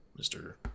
Mr